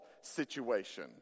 situation